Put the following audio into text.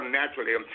naturally